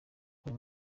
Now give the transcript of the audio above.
buri